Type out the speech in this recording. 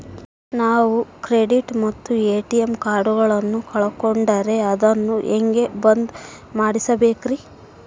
ನಾನು ಕ್ರೆಡಿಟ್ ಮತ್ತ ಎ.ಟಿ.ಎಂ ಕಾರ್ಡಗಳನ್ನು ಕಳಕೊಂಡರೆ ಅದನ್ನು ಹೆಂಗೆ ಬಂದ್ ಮಾಡಿಸಬೇಕ್ರಿ?